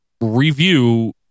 review